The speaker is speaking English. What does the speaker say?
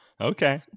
Okay